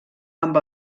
amb